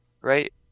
right